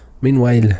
Meanwhile